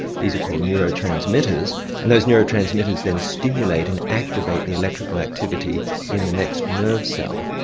these are called neuro transmitters and those neuro transmitters then stimulate and activate the electrical activity in the next nerve cell.